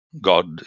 god